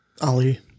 Ali